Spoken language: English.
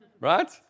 Right